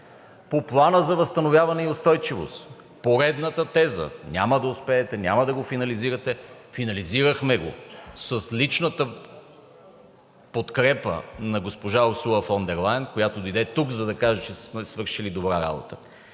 По Плана за възстановяване и устойчивост. Поредната теза – няма да успеете, няма да го финализирате. Финализирахме го с личната подкрепа на госпожа Урсула фон дер Лайен, която дойде тук, за да каже, че сме свършили добра работа.